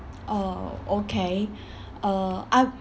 oh okay uh I